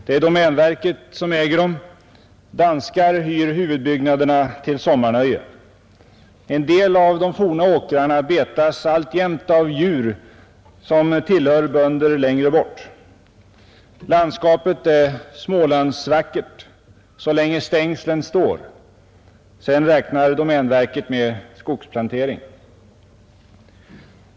Det är domänverket som äger dem, och danskar hyr huvudbyggnaderna till sommarnöje. En del av de forna åkrarna betas alltjämt av djur som tillhör bönder längre bort. Landskapet är Smålandsvackert — så länge stängslen står. Sedan räknar domänverket med skogsplantering.